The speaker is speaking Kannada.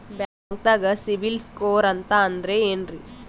ಬ್ಯಾಂಕ್ದಾಗ ಸಿಬಿಲ್ ಸ್ಕೋರ್ ಅಂತ ಅಂದ್ರೆ ಏನ್ರೀ?